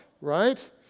right